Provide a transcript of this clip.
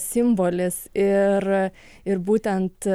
simbolis ir ir būtent